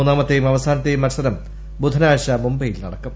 മൂന്നാമത്തെയും അവസാനത്തെയും മത്സരം ബുധനാഴ്ച മുംബൈയിൽ നടക്കും